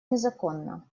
незаконна